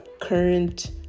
current